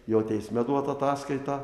jo teisme duoti ataskaitą